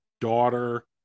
daughter